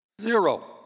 Zero